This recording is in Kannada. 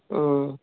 ಹ್ಞೂ